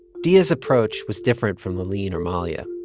diaa's approach was different from laaleen or mahlia.